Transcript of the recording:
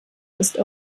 ist